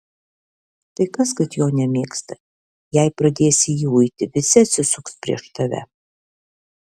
tai kas kad jo nemėgsta jei pradėsi jį uiti visi atsisuks prieš tave